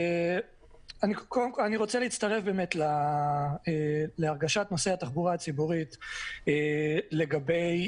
אני רוצה להצטרף להרגשת נוסעי התחבורה הציבורית לגבי